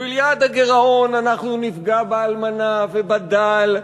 בשביל יעד הגירעון אנחנו נפגע באלמנה ובדל,